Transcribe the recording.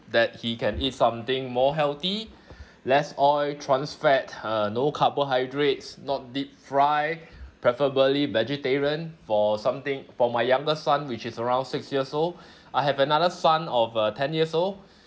that he can eat something more healthy less oil trans fat uh no carbohydrates not deep fry preferably vegetarian for something for my younger son which is around six years old I have another son of uh ten years old